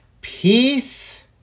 Peace